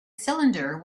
cylinder